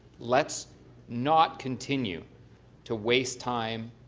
let's not continue to waste time,